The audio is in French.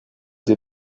des